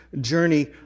journey